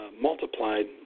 multiplied